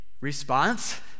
response